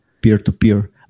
peer-to-peer